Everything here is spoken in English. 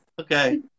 Okay